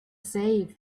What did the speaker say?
save